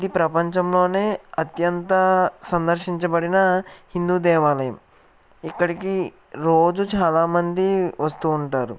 ఇది ప్రపంచంలోనే అత్యంత సందర్శించబడిన హిందూ దేవాలయం ఇక్కడికి రోజూ చాలామంది వస్తూ ఉంటారు